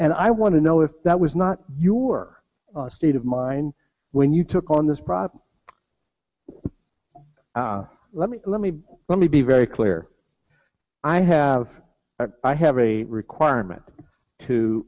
and i want to know if that was not your state of mind when you took on this problem let me let me let me be very clear i have i have a requirement to